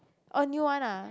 oh new one ah